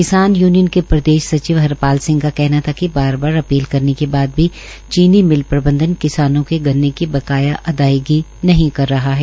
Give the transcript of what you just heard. किसान यूनियन के प्रदेश सचिव हरपाल सिंह का कहना था कि बार बार अपील करने के बाद भी चीनी मिल प्रबंधन किसानों के गन्ने की बकाया अदायगी नहीं कर रहा है